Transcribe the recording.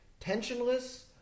tensionless